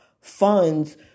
funds